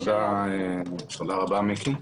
תודה רבה, מיקי.